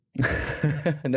No